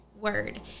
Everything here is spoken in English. word